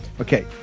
Okay